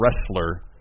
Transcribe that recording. wrestler